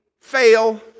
fail